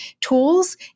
tools